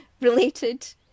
related